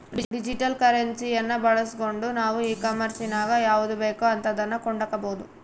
digital ಕರೆನ್ಸಿಯನ್ನ ಬಳಸ್ಗಂಡು ನಾವು ಈ ಕಾಂಮೆರ್ಸಿನಗ ಯಾವುದು ಬೇಕೋ ಅಂತದನ್ನ ಕೊಂಡಕಬೊದು